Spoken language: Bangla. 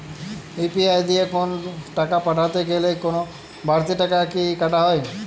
ইউ.পি.আই দিয়ে কোন টাকা পাঠাতে গেলে কোন বারতি টাকা কি কাটা হয়?